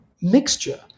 mixture